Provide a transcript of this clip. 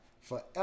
forever